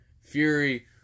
Fury